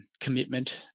commitment